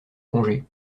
congé